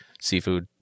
seafood